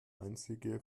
einzige